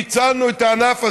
הצלנו את הענף הזה.